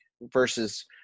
Versus